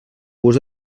gust